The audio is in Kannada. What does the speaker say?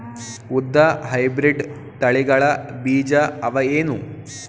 ಉದ್ದ ಹೈಬ್ರಿಡ್ ತಳಿಗಳ ಬೀಜ ಅವ ಏನು?